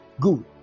Good